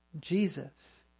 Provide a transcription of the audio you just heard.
Jesus